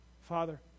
father